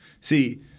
See